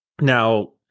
now